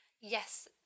yes